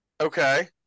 Okay